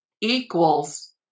equals